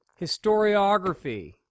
historiography